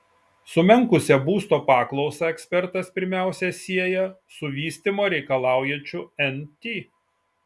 sumenkusią būsto paklausą ekspertas pirmiausia sieja su vystymo reikalaujančiu nt